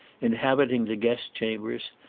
inhabiting the guest chambers,